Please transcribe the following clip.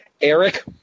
Eric